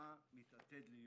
מה מתעתד להיות